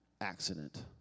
accident